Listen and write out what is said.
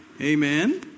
Amen